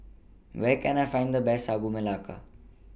Where Can I Find The Best Sagu Melaka